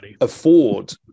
afford